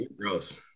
Gross